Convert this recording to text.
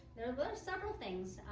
there are but several things.